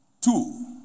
Two